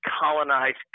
colonized